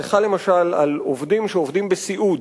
זה חל, למשל, על עובדים שעובדים בסיעוד.